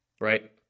right